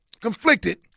conflicted